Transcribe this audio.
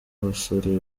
abasore